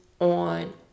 on